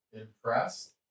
impressed